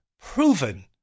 proven